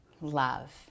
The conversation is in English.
love